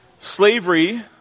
Slavery